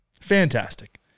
Fantastic